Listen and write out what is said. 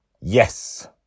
Yes